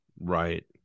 Right